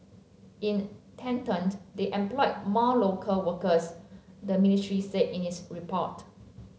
in the tandem they employed more local workers the ministry said in its report